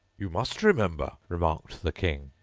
you must remember remarked the king,